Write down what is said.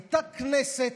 הייתה כנסת.